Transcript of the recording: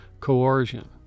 coercion